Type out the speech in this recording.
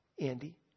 Andy